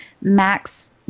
Max